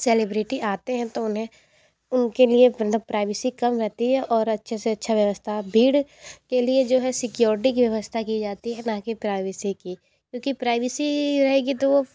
celebrity आते हैं तो उन्हें उनके लिए मतलब प्राइवेसी कम रहती है और अच्छे से अच्छा व्यवस्था भीड़ के लिए जो है सिक्योरिटी व्यवस्था की जाती है ना कि प्राइवेसी की क्योंकि प्राइवेसी रहेगी तो वो